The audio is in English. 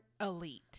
elite